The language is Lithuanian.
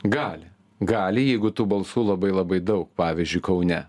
gali gali jeigu tų balsų labai labai daug pavyzdžiui kaune